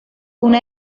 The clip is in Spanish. una